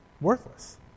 worthless